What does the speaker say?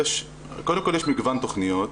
קודם כל יש מגוון תכניות,